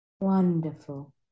Wonderful